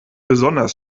besonders